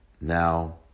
now